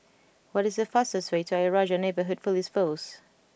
what is the fastest way to Ayer Rajah Neighbourhood Police Post